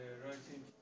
writing